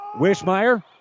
Wishmeyer